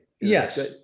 Yes